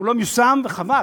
הוא לא מיושם, וחבל.